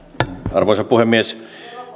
arvoisa puhemies